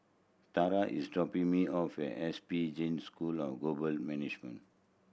Tarah is dropping me off at S P Jain School of Global Management